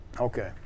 Okay